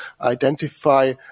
identify